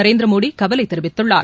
நரேந்திரமோடி கவலை தெரிவித்துள்ளார்